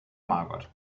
margot